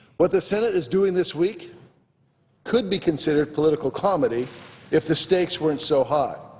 what the senate is doing this week could be considered political comity if the stakes weren't so high.